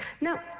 Now